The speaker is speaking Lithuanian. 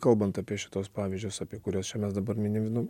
kalbant apie šituos pavyzdžius apie kuriuos čia mes dabar minim nu